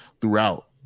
throughout